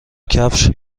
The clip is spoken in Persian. کفش